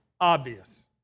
obvious